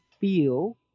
feel